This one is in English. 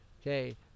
okay